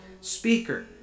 speaker